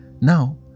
Now